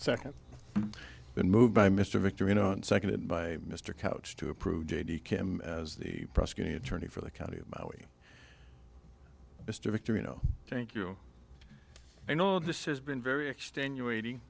second then move by mr victor in a second by mr couch to approve j d kim as the prosecuting attorney for the county of maui mr victory no thank you i know this has been very extenuating